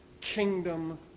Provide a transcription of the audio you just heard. kingdom